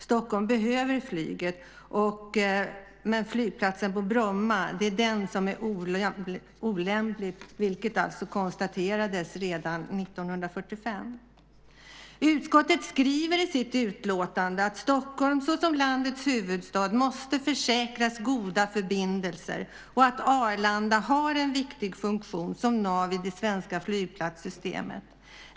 Stockholm behöver flyget, men det är flygplatsen på Bromma som är olämplig, vilket alltså konstaterades redan 1945. Utskottet skriver i sitt betänkande "att Stockholm såsom landets huvudstad måste tillförsäkras goda flygförbindelser och att Arlanda måste har en viktig funktion som nav i det svenska flygplatssystemet.